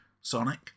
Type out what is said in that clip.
Sonic